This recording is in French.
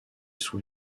sous